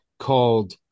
called